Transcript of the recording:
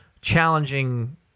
challenging